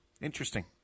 Interesting